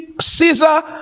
Caesar